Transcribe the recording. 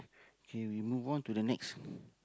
okay we move on to the next